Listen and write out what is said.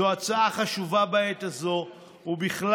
זו הצעה חשובה בעת הזאת ובכלל,